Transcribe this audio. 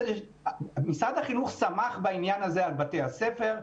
משרד החינוך סמך בעניין הזה על בתי הספר,